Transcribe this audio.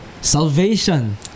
salvation